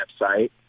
website